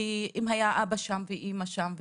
כי אם היה אבא שם ואמא שם,